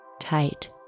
Tight